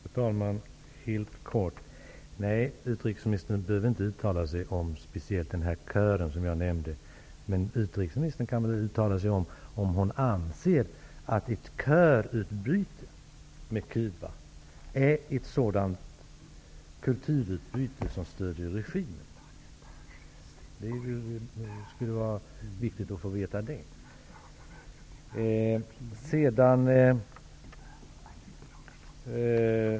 Fru talman! Helt kort: Nej, utrikesministern behöver inte uttala sig speciellt om den kör som jag nämnde, men utrikesministern kan väl uttala sig om huruvida hon anser att ett körutbyte med Cuba är sådant kulturutbyte som stödjer regimen. Det skulle vara viktigt att få veta det.